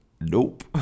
Nope